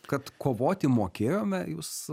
kad kovoti mokėjome jūs